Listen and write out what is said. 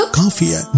coffee